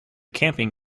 camping